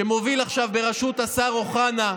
שמוביל עכשיו, בראשות השר אוחנה,